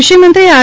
કૃષિમંત્રી આર